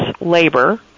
labor